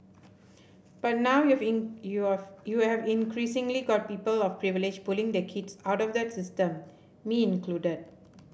but now you've in you you have increasingly got people of privilege pulling their kids out of that system me included